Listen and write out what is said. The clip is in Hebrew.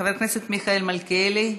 חבר הכנסת מיכאל מלכיאלי,